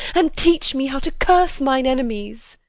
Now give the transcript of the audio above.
and teach me how to curse mine enemies!